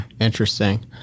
Interesting